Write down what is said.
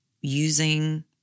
using